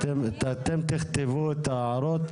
אתם תכתבו את ההערות,